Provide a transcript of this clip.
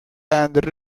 and